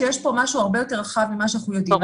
יש פה משהו הרבה יותר רחב ממה שאנחנו יודעים -- ברור.